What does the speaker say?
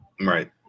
right